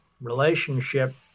relationship